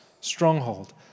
stronghold